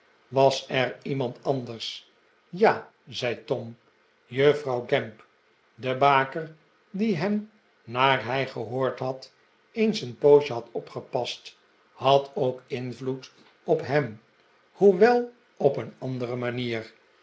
was er iemand anders ja zei tom juffrouw gamp de baker die hem naar hij gehoord had eens een poosje had opgepast had ook invloed op hem hoewel op een andere manier